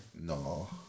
No